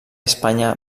espanya